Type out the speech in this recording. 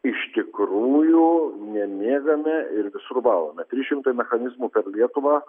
iš tikrųjų nemiegame ir visur valome trys šimtai mechanizmų per lietuvą